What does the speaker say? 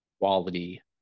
quality